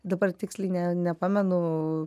dabar tiksliai ne nepamenu